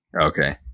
okay